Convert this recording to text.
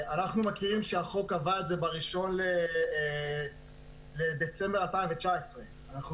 אנחנו מכירים שהחוק קבע את זה ב-1 בדצמבר 2019. אנחנו